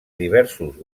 diversos